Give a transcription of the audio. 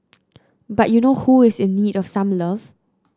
but you know who is in need of some love